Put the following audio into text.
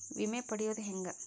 ವಿಮೆ ಪಡಿಯೋದ ಹೆಂಗ್?